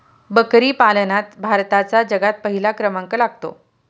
बकरी पालनात भारताचा जगात पहिला क्रमांक लागतो